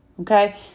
okay